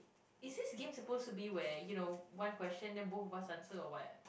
is this game suppose to be where you know one question then both of us answer or what